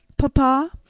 papa